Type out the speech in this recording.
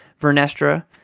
Vernestra